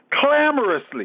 clamorously